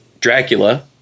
dracula